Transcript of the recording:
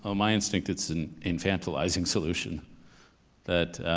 ah my instinct, it's an infantilizing solution that,